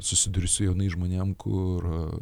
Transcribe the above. susiduriu su jaunais žmonėm kur